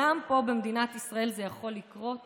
גם פה במדינת ישראל זה יכול לקרות